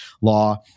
Law